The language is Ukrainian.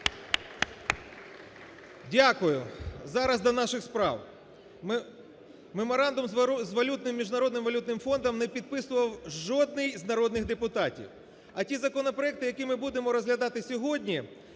Дякую. Зараз до наших справ. Меморандум з валютним… Міжнародним валютний фондом не підписував жодний з народних депутатів, а ті законопроекти, які ми будемо розглядати сьогодні,